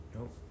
Nope